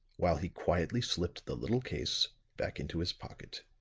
while he quietly slipped the little case back into his pocket.